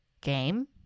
game